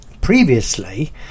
Previously